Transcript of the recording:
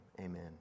amen